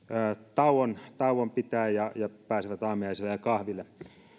tauon tauon pitää jotta pääsevät aamiaiselle ja kahville